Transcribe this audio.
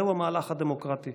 זהו המהלך הדמוקרטי,